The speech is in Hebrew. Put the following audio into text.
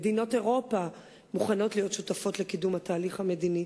מדינות אירופה מוכנות להיות שותפות לקידום התהליך המדיני,